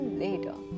later